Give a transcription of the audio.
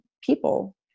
people